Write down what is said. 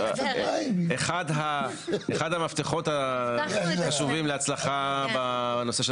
אחד המפתחות החשובים להצלחה בנושא של